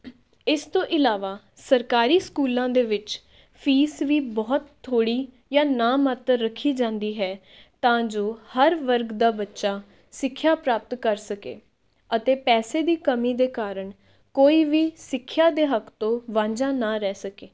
ਇਸ ਤੋਂ ਇਲਾਵਾ ਸਰਕਾਰੀ ਸਕੂਲਾਂ ਦੇ ਵਿੱਚ ਫੀਸ ਵੀ ਬਹੁਤ ਥੋੜ੍ਹੀ ਜਾਂ ਨਾ ਮਾਤਰ ਰੱਖੀ ਜਾਂਦੀ ਹੈ ਤਾਂ ਜੋ ਹਰ ਵਰਗ ਦਾ ਬੱਚਾ ਸਿੱਖਿਆ ਪ੍ਰਾਪਤ ਕਰ ਸਕੇ ਅਤੇ ਪੈਸੇ ਦੀ ਕਮੀ ਦੇ ਕਾਰਨ ਕੋਈ ਵੀ ਸਿੱਖਿਆ ਦੇ ਹੱਕ ਤੋਂ ਵਾਂਝਾ ਨਾ ਰਹਿ ਸਕੇ